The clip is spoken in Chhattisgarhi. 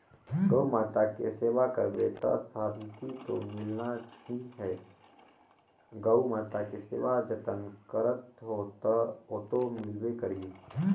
गउ माता के सेवा करबे त सांति तो मिलना ही है, गउ माता के सेवा जतन करत हो त ओतो मिलबे करही